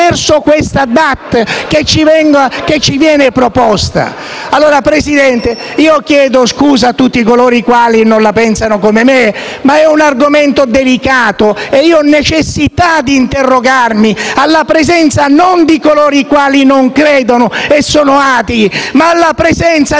Signor Presidente, chiedo scusa a tutti coloro i quali non la pensano come me, ma questo è un argomento delicato e io ho necessità di interrogarmi, alla presenza non di coloro i quali non credono e sono atei, ma alla presenza di coloro i quali credono e sono